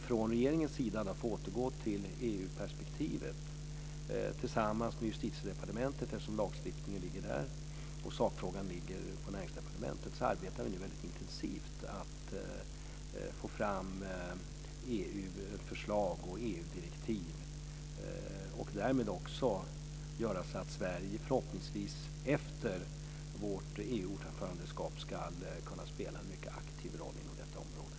Från regeringens sida arbetar vi, för att återgå till EU-perspektivet, tillsammans med Justitiedepartementet - eftersom lagstiftningen ligger där och sakfrågan ligger på Näringsdepartementet - väldigt intensivt med att få fram EU-förslag och EU-direktiv för att därmed också åstadkomma att Sverige efter vårt EU-ordförandeskap förhoppningsvis kan spela en mycket aktiv roll inom detta område.